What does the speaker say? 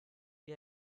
wie